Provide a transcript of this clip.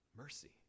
Mercy